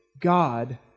God